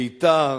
ביתר,